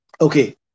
Okay